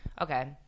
okay